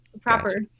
proper